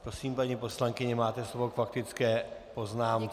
Prosím, paní poslankyně, máte slovo k faktické poznámce.